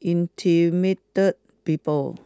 intimidate people